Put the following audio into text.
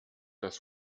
das